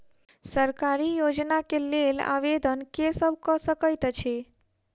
सरकारी योजना केँ लेल आवेदन केँ सब कऽ सकैत अछि?